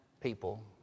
people